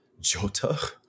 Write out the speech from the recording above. Jota